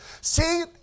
See